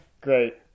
Great